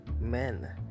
men